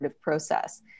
process